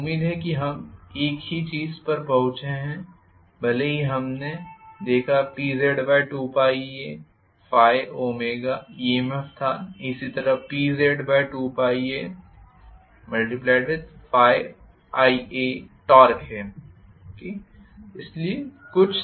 मुझे उम्मीद है कि हम एक ही चीज पर पहुंचे हैं भले ही हमने देखा PZ2πa ∅ω EMF था इसी तरह PZ2πa ∅Ia टॉर्क है टॉर्क है